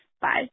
Bye